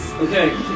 Okay